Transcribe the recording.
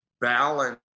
balance